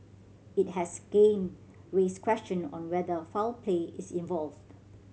it has again raised question on whether foul play is involved